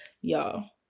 y'all